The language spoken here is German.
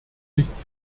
nichts